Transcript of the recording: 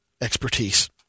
expertise